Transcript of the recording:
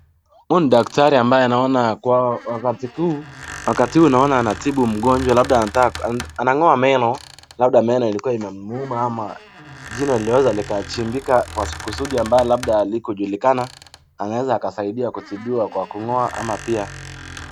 Huyu ni daktari ambaye naona wakati huu anatibu mgonjwa labda anataka ang'oa meno, labda meno ilkuwa imemuuma ama jino liliweza likachimbika kwa kusudi ambayo halikujulikana anaeza akasaidia katikatibiwa ama pia.